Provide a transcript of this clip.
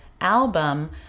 album